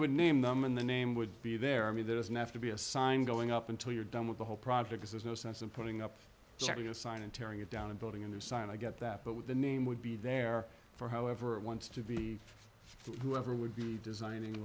would name them in the name would be there i mean there is no after be a sign going up until you're done with the whole project there's no sense in putting up sharia sign and tearing it down and building a new sign i get that but with the name would be there for however it wants to be whoever would be designing